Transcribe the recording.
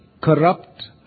corrupt